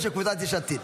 מצביעים עכשיו.